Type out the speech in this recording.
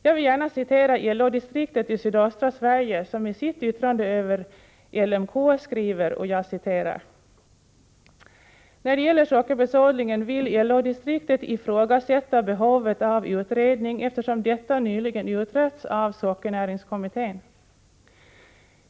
Jag vill gärna citera LO-distriktet i Sydöstra Sverige, som i sitt yttrande över LMK skriver: ”När det gäller sockerbetsodlingen vill LO-distriktet ifrågasätta behovet av utredning eftersom detta nyligen utretts av Sockernäringskommittén.